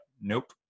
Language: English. nope